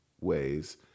ways